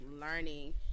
learning